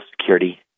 Security